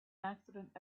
accident